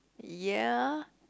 ya